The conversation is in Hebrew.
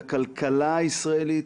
לכלכלה הישראלית,